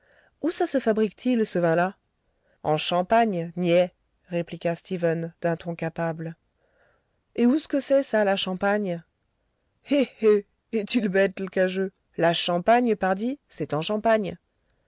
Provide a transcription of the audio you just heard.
où ça se fabrique t il ce vin là en champagne niais répliqua stephen d'un ton capable et ousque c'est ça la champagne eh eh est-il bête l'cageux la champagne pardi c'est en champagne